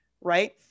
Right